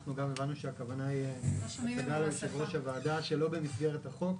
אנחנו גם הבנו שהכוונה של יושב ראש הוועדה שלא במסגרת החוק,